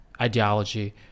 ideology